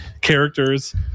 characters